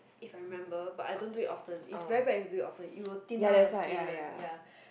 if remember but I don't do it often it's very bad if you do it often it will thin down you skin one ya